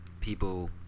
people